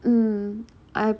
mm I